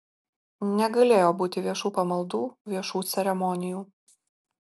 negalėjo būti viešų pamaldų viešų ceremonijų